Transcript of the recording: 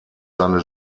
seine